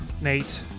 Nate